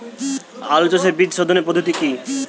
আলু চাষের বীজ সোধনের পদ্ধতি কি?